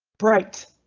bright